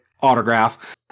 Autograph